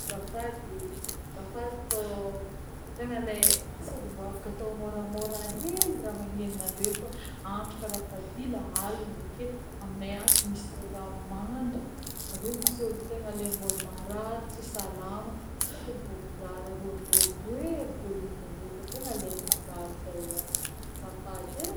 Zafady e, zafady fô tegna le sô afaka atô môramôra hely raha magnenonandre io fô andro kara fa dila aligny, avy ake amineh ato misy zaza mandry, avy eo misy ôlo tegna le mbôla marary tsy salama sô de mbô manjary arorondrôrogno hely volumandreo io fô tegna le mijaly zeh ato, zafady e.